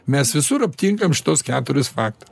mes visur aptinkam šituos keturis faktu